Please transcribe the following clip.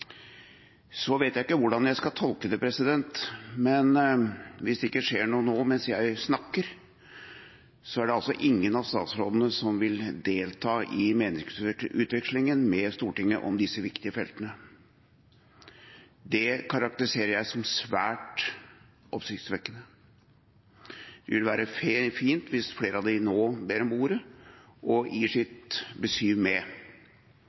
vet ikke hvordan jeg skal tolke det, men hvis det ikke skjer noe nå, mens jeg snakker, er det ingen av statsrådene som vil delta i meningsutvekslingen med Stortinget om disse viktige feltene. Det karakteriserer jeg som svært oppsiktsvekkende. Det ville være fint hvis flere av dem nå ber om ordet og gir sitt besyv med.